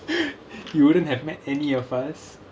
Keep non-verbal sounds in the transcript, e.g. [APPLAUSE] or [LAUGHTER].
[NOISE] you wouldn't have met any of us